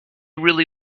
really